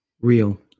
Real